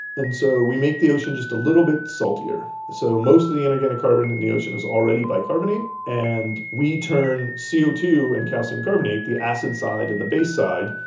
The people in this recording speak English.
and so we make the ocean just a little bit saltier. so most of the inorganic carbon in the ocean is already bicarbonate and we turn c o two and calcium carbonate, the acid side and the base side,